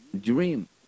dream